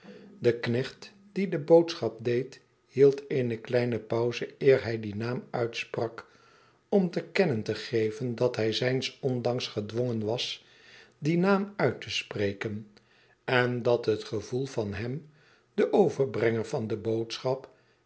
de knecht die de boodschap deed hield eene kleine pauze eer hij dien naam uitsprak om te kennen te geven dat hij zijns ondanks gedwongen was dien naam uit te spreken en dat het gevoel van hem den overbrenger van de boodschap